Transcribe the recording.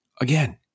again